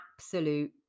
absolute